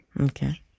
okay